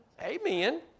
Amen